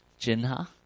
Jinha